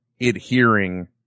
adhering